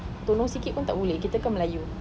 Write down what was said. tolong sikit pun tak boleh kita kan melayu